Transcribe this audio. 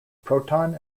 proton